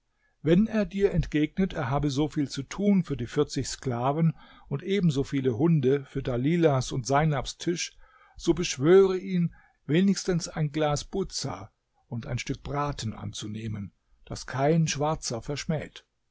wenn er dir entgegnet er habe soviel zu tun für die vierzig sklaven und ebenso viele hunde für dalilahs und seinabs tisch so beschwöre ihn wenigstens ein glas buza eine art bier und ein stück braten anzunehmen das kein schwarzer verschmäht